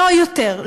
לא יותר,